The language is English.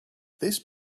this